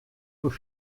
foar